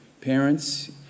Parents